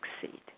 succeed